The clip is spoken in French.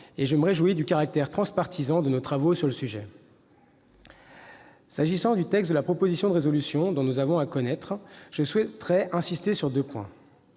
et je me réjouis du caractère transpartisan de nos travaux sur le sujet. S'agissant du texte de la proposition de résolution dont nous avons à connaître, je souhaiterais insister sur deux points.